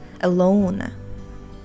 alone